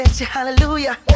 Hallelujah